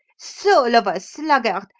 soul of a sluggard,